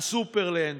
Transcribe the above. הסופרלנד,